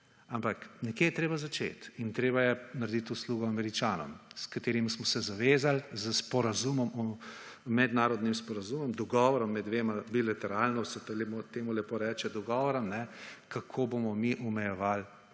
Ampak nekje je treba začeti in treba je narediti uslugo Američanom, s katerimi smo se zavezali s sporazumom, mednarodnim sporazumom, dogovorom med dvema bilateralno se temu lepo reče dogovorom, kako bomo mi omejevali